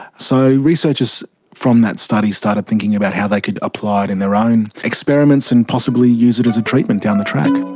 so researchers from that study started thinking about how they could apply it in their own experiments and possibly use it as a treatment down the track.